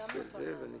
נתקבלה.